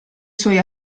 suoi